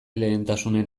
lehentasunen